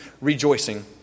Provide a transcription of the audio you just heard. rejoicing